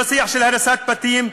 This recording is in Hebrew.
לא שיח של הריסת בתים,